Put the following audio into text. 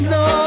no